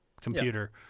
computer